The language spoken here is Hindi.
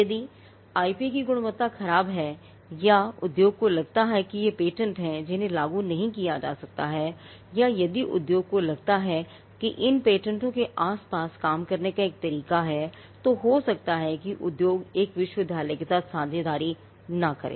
यदि आईपी की गुणवत्ता खराब है या यदि उद्योग को लगता है कि ये पेटेंट हैं जिन्हें लागू नहीं किया जा सकता है या यदि उद्योग को लगता है कि इन पेटेंटों के आसपास काम करने का एक तरीका हैतो हो सकता है कि उद्योग एक विश्वविद्यालय के साथ साझेदारी न करे